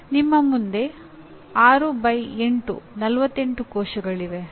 ನಿಮ್ಮ ಮುಂದೆ 6 ಬೈ 8 48 ಕೋಶಗಳಿವೆ